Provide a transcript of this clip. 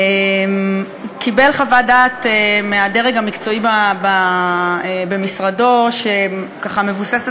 קיבל חוות דעת מהדרג המקצועי במשרדו שמבוססת